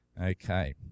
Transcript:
Okay